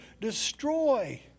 destroy